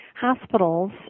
hospitals